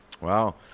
Wow